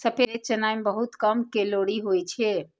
सफेद चना मे बहुत कम कैलोरी होइ छै